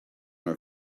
are